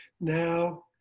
now